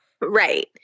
Right